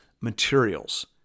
materials